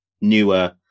newer